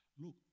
Look